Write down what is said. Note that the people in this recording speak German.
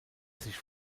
sich